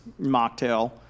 mocktail